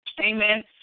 Amen